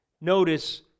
notice